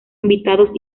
invitados